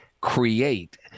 create